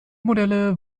modelle